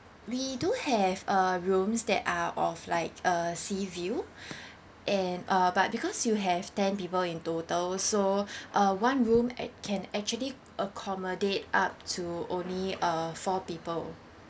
we do have uh rooms that are of like a sea view and uh but because you have ten people in total so uh one room a~ can actually accommodate up to only uh four people